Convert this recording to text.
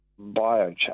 biochar